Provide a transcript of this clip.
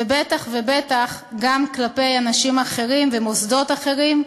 ובטח ובטח גם כלפי אנשים אחרים ומוסדות אחרים,